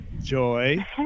joy